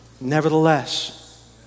Nevertheless